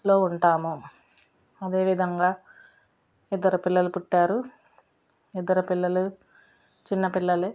లో ఉంటాము అదేవిధంగా ఇద్దరు పిల్లలు పుట్టారు ఇద్దరు పిల్లలు చిన్న పిల్లలే